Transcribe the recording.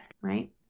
Right